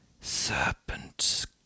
Serpent's